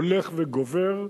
הולך וגובר.